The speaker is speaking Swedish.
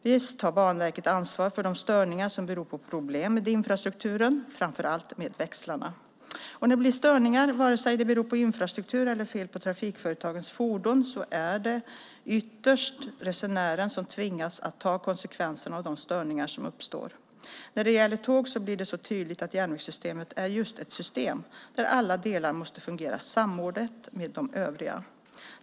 Visst har Banverket ansvar för de störningar som beror på problem med infrastrukturen, framför allt med växlarna. Och när det blir störningar, vare sig det beror på infrastruktur eller fel på trafikföretagens fordon, är det ytterst resenärerna som tvingas att ta konsekvenserna av de störningar som uppstår. När det gäller tåg blir det tydligt att järnvägssystemet är just ett system där alla delarna måste fungera samordnat med de övriga.